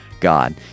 God